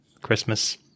christmas